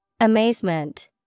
Amazement